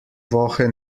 woche